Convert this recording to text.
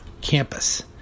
campus